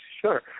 Sure